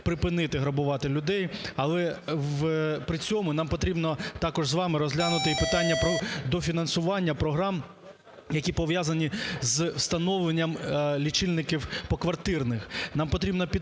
припинити грабувати людей. Але при цьому нам потрібно також з вами розглянути і питання про дофінансування програм, які пов'язані з встановленням лічильників поквартирних.